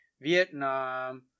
vietnam